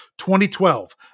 2012